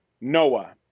Noah